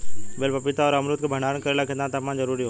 बेल पपीता और अमरुद के भंडारण करेला केतना तापमान जरुरी होला?